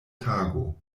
tago